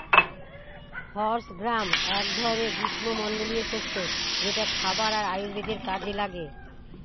horse gram এক ধরনের গ্রীস্মমন্ডলীয় শস্য যেটা খাবার আর আয়ুর্বেদের কাজে লাগে